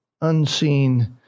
unseen